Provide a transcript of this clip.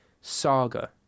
saga